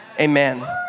Amen